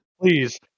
please